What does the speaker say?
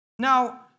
Now